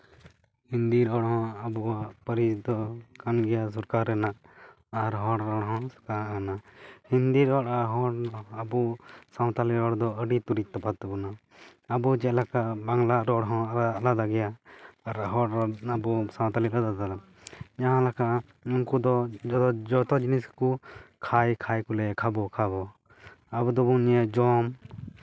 ᱦᱤᱱᱫᱤ ᱨᱚᱲ ᱦᱚᱸ ᱟᱵᱚᱣᱟᱜ ᱯᱟᱹᱨᱤᱥ ᱫᱚ ᱠᱟᱱ ᱜᱮᱭᱟ ᱥᱚᱨᱠᱟᱨ ᱨᱮᱱᱟᱜ ᱟᱨ ᱦᱚᱲ ᱨᱚᱲ ᱦᱚᱢ ᱥᱮᱬᱟ ᱟᱱᱟ ᱦᱤᱱᱫᱤ ᱨᱚᱲᱟᱱ ᱦᱚᱲ ᱟᱵᱚ ᱥᱟᱱᱛᱟᱲᱤ ᱨᱚᱲ ᱫᱚ ᱟᱹᱰᱤ ᱛᱮᱫ ᱛᱚᱯᱷᱟᱛ ᱫᱚ ᱵᱟᱹᱱᱩᱜᱼᱟ ᱟᱵᱚ ᱪᱮᱫ ᱞᱮᱠᱟ ᱵᱟᱝᱞᱟ ᱨᱚᱲ ᱦᱚᱸ ᱟᱞᱟᱫᱟ ᱜᱮᱭᱟ ᱦᱚᱲ ᱨᱚᱲ ᱟᱵᱚ ᱥᱟᱱᱛᱟᱞᱤ ᱨᱚᱲ ᱠᱟᱱᱟ ᱡᱟᱦᱟᱸ ᱞᱮᱠᱟ ᱩᱱᱠᱩ ᱫᱚ ᱡᱚᱛᱚ ᱡᱤᱱᱤᱥ ᱜᱮᱠᱚ ᱠᱷᱟᱭ ᱠᱷᱟᱭ ᱠᱚ ᱞᱟᱹᱭᱟ ᱠᱷᱟᱵᱚ ᱠᱷᱟᱵᱚ ᱟᱵᱚ ᱫᱚᱵᱚᱱ ᱞᱟᱹᱭᱟ ᱡᱚᱢ